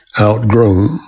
outgrown